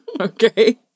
Okay